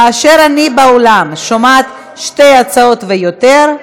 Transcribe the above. כאשר אני באולם שומעת שתי הצעות ויותר,